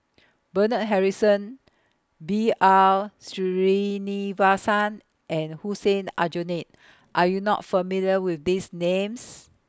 Bernard Harrison B R Sreenivasan and Hussein Aljunied Are YOU not familiar with These Names